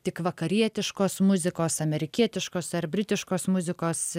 tik vakarietiškos muzikos amerikietiškos ar britiškos muzikos